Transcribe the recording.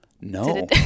no